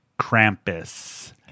Krampus